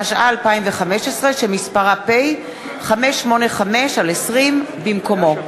התשע"ה 2015, שמספרה פ/585/20, במקומו.